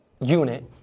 unit